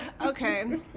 okay